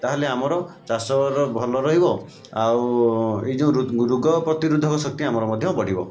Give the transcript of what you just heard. ତାହେଲେ ଆମର ଚାଷର ଭଲ ରହିବ ଆଉ ଏହି ଯେଉଁ ରୋଗ ପ୍ରତିରୋଧକ ଶକ୍ତି ଆମର ମଧ୍ୟ ବଢ଼ିବ